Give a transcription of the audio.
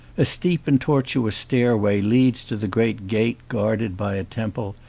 a steep and tortuous stairway leads to the great gate guarded by a temple,